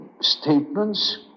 statements